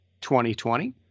2020